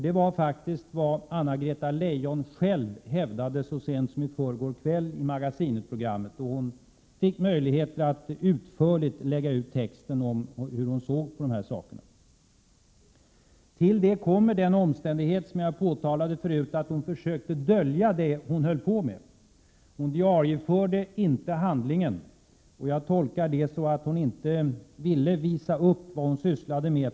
Det var faktiskt vad Anna-Greta Leijon själv hävdade så sent som i förrgårkväll i Magasinetprogrammet, då hon fick möjligheter att utförligt lägga ut texten om hur hon såg på de här sakerna. Till det kommer den omständighet som jag påtalade förut, nämligen att hon försökte dölja det hon höll på med. Hon diarieförde inte handlingen. Jag tolkar det så, att hon inte ville visa upp för någon annan vad hon sysslade med.